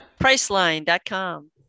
Priceline.com